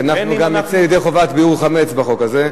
שאנחנו גם נצא ידי חובת ביעור חמץ בחוק הזה.